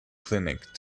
clinic